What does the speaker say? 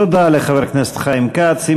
תודה לחבר הכנסת חיים כץ.